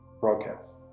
broadcast